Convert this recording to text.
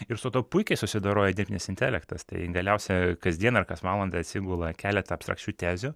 ir su tuo puikiai susidoroja dirbtinis intelektas tai galiausia kasdien ar kas valandą atsigula keletą abstrakčių tezių